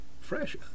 fresh